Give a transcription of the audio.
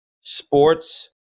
sports